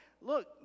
look